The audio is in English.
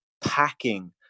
packing